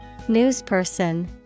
Newsperson